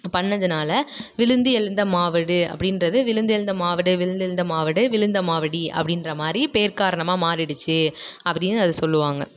பண்ணிணதுனால விழுந்து எழுந்த மாவடு அப்படீன்றது விழுந்துயெழுந்த மாவடு விழுந்துயெழுந்த மாவடு விழுந்தமாவடி அப்படீன்ற மாதிரி பேர் காரணமாக மாறிடுச்சி அப்படீனு அது சொல்லுவாங்க